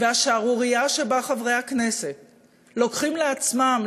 השערורייה שבה חברי הכנסת לוקחים לעצמם,